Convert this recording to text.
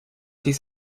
his